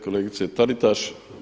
Kolegice TAritaš.